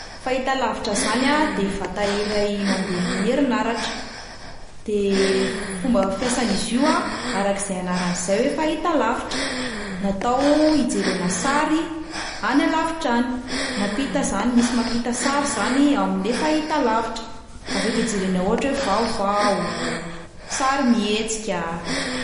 Fahitalavitra zany a de vata iray mandeha amin'ny herinaratra, de f- fomba fiasan'izy io arak'izay anarany izay hoe fahitalavitra, natao hijerena sary any alavitra any, mampita zany misy mampita sary zany amin'le fahitalavitra, afaka ijerena ohatra hoe vaovao, sarimihetsika.